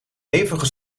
hevige